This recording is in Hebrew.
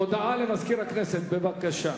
הודעה למזכיר הכנסת, בבקשה.